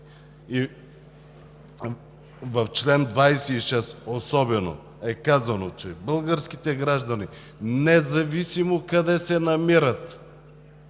в чл. 26, колеги, е казано, че „Българските граждани, независимо къде се намират,